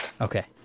Okay